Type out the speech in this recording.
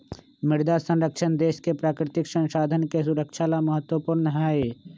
मृदा संरक्षण देश के प्राकृतिक संसाधन के सुरक्षा ला महत्वपूर्ण हई